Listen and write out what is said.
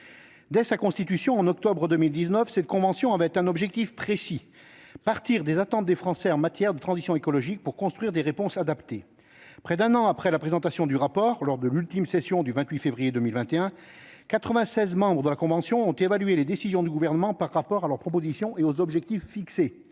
la Convention citoyenne pour le climat avait un objectif précis : partir des attentes des Français en matière de transition écologique pour construire des réponses adaptées. Près d'un an après la présentation du rapport, lors de l'ultime session du 28 février 2021, 96 membres de la Convention citoyenne pour le climat ont évalué les décisions du Gouvernement par rapport à leurs propositions et aux objectifs fixés.